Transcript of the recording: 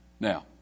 Now